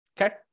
okay